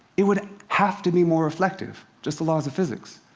it would have to be more reflective just the laws of physics.